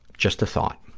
just a thought,